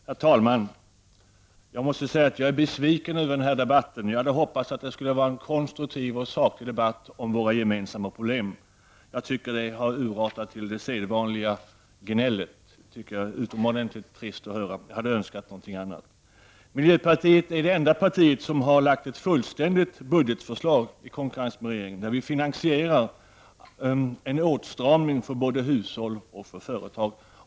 Herr talman! Jag måste säga att jag är besviken över denna debatt. Jag hade hoppats på en konstruktiv och saklig debatt om våra gemensamma problem, men jag tycker att den har urartat till det vanliga gnället. Det är utomordentligt trist att höra. Jag hade önskat något annat. Miljöpartiet är i konkurrens med regeringen det enda parti som har lagt fram ett fullständigt budgetförslag, där vi finansierar en åtstramning för både hushåll och företag.